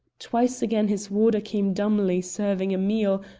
twice again his warder came dumbly serving a meal,